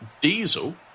Diesel